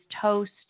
toast